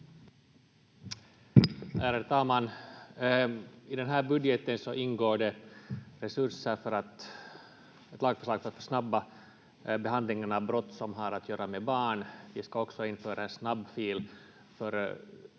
Ärade talman! I den här budgeten ingår resurser för ett lagförslag för att försnabba behandlingen av brott som har att göra med barn. Vi ska också införa en snabbfil för